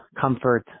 comfort